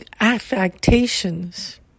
affectations